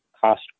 cost